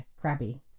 crabby